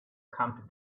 come